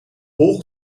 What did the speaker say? hol